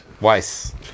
Weiss